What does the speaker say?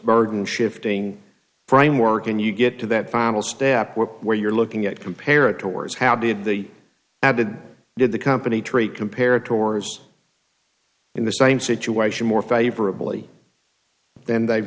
burden shifting framework and you get to that final step where you're looking at compare it to words how did the added did the company treat compared tours in the same situation more favorably then they've